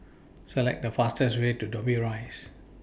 Select The fastest Way to Dobbie Rise